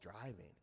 driving